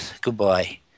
Goodbye